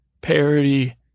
parody